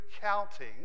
counting